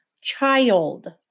child